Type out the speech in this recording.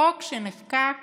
החוק שנחקק